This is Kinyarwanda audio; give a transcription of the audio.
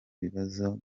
kibazo